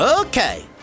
Okay